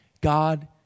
God